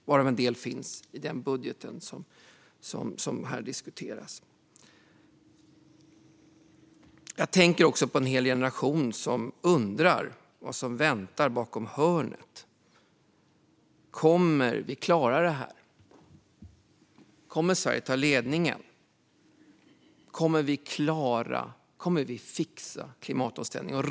En del av detta finns i den budget vi nu diskuterar. Jag tänker också på en hel generation som undrar vad som väntar bakom hörnet. Kommer Sverige att ta ledningen? Kommer vi att fixa klimatomställningen?